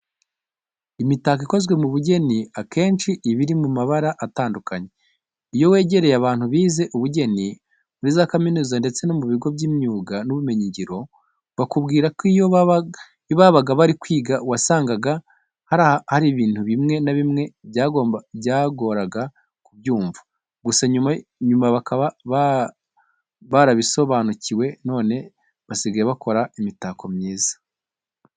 Imitako ikozwe mu bugeni akenshi iba iri mu mabara atandukanye. Iyo wegereye abantu bize ubugeni muri za kaminuza ndetse no mu bigo by'imyuga n'ubumenyingiro, bakubwira ko iyo babaga bari kwiga wasangaga hari ibintu bimwe na bimwe byabagoraga kubyumva, gusa nyuma bakaba barabisobanukiwe none basigaye bakora imitako myiza.